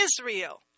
Israel